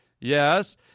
Yes